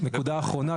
האחרונה,